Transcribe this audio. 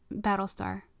Battlestar